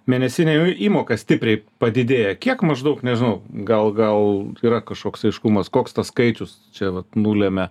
mėnesinė įmoka stipriai padidėja kiek maždaug nežinau gal gal yra kažkoks aiškumas koks tas skaičius čia vat nulemia